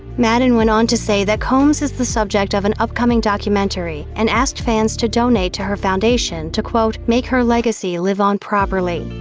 madden went on to say that combs is the subject of an upcoming documentary and asked fans to donate to her foundation to quote, make her legacy live on properly.